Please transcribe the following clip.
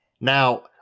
Now-